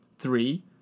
Three